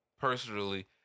personally